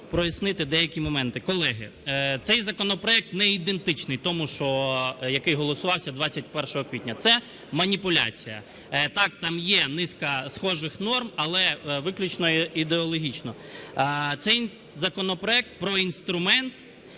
прояснити деякі моменти. Колеги, цей законопроект не ідентичний тому, який голосувався 21 квітня, це маніпуляція. Так, там є низка схожих норм, але виключно ідеологічно. Цей законопроект про інструмент